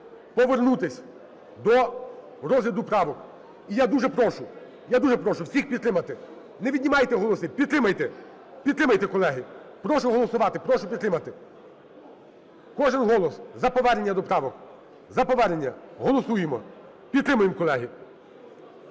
Повернутись до розгляду правок. І я дуже прошу, я дуже прошу всіх підтримати, не віднімайте голоси, підтримайте. Підтримайте, колеги. Прошу голосувати. Прошу підтримати. Кожен голос за повернення до правок. За повернення. Голосуємо. Підтримуємо, колеги.